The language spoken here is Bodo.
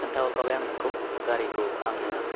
खोन्थाहरखाबाय आं नोंखौ गारिखौ आंनो